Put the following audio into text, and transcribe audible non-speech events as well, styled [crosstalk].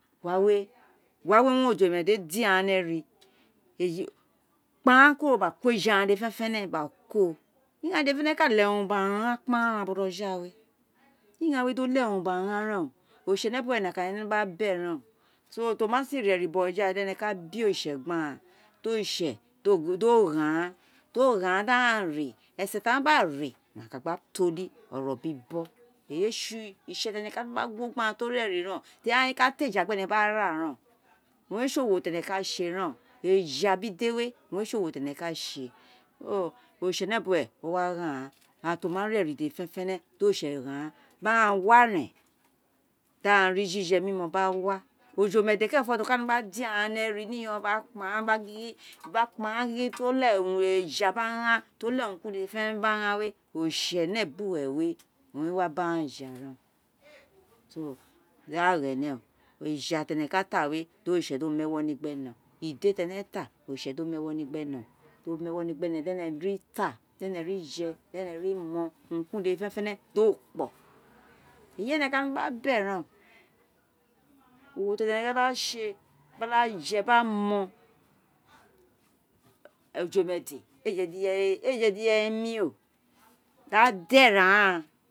We wé ohun ójómedé di agbana ni erí éji kpa kuro gba ko eja ghan dede ferefere gba kóó, ighaan dede ka leghe urun gba ghan kpa ran bojo ghawé, ighaan di o leghe urun gba ghan ren o oritsẹ nebuwẹ nọkan owun ene no be ren o toro tuo ma si ré eri bojoghawé were ene ka be oritse di oritse do gho aghan, do gho aghan di aghan ré esen ti aghan gba ré a wa gba esen wé to li ni oro bibọ [noise] eyi owun re sé itse to aka guo gbe aghan ti o ré eri ren teri aghan owun re ka ta éja gbe ene gba ra ren, owun re sé owo ti ene dede ka ren, éja biri idé wé ohůn ré sé owo ti ene ka sé [hesitation] oritṣẹnẹbuwẹ o wa gho aghan, aghan ti o ma ré ẹri dede fenẹfẹnẹ di oritsẹ gho aghan di aghan wa rẹn da ghan ri jije biri mimọ ba wa ojomedé kerenfọ ti o ka dé ghan ni eri ni iyonghan gba kpa ghan gba kpa ghan gba gin di o leghe urun eja gba ghan ti o leghe urun ki urun dede fenefere gba ghan oritse erebuwé owun é wa biri aghan ja ren so di aghan gho ẹnẹ o eja ti ẹnẹ ka ta we, di o mu ewo ni gbere, idi ti ene oritse do mu ewo ni gben, di ene ri fa, di ene ti ja, di ene ri mo urun ki urun dede fẹnrfẹnẹ, do kpo eyi ene who gba bẹ rem, urun ti a no gba sé, ẹnẹ gbajẹ gba mo ojomẹdẹ éé je di iréyé mi o, aghan dẹ rẹ aghan